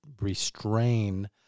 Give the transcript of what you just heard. restrain